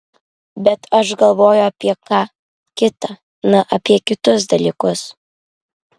bet aš galvojau apie ką kita na apie kitus dalykus